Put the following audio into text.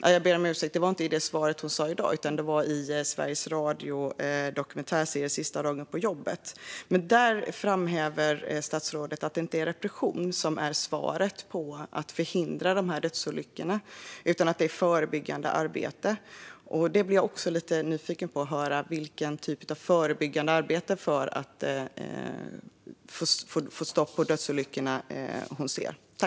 Detta fanns inte med i svaret i dag, utan det var i Sveriges Radios dokumentärserie Sista dagen på jobbet . Där framhåller statsrådet att det inte är repression som är svaret när det gäller att förhindra dödsolyckor utan att det handlar om förebyggande arbete. Då blir jag lite nyfiken på vilken typ av förebyggande arbete statsrådet ser som kan få stopp på dödsolyckorna.